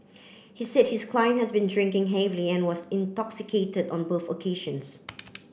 he said his client has been drinking heavily and was intoxicated on both occasions